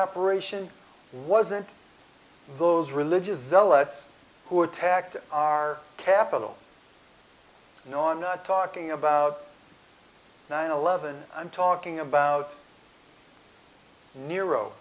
operation wasn't those religious zealots who attacked our capital you know i'm not talking about nine eleven i'm talking about nero